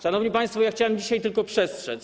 Szanowni państwo, ja chciałem dzisiaj tylko przestrzec.